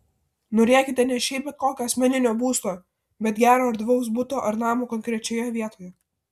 norėkite ne šiaip bet kokio asmeninio būsto bet gero erdvaus buto ar namo konkrečioje vietoje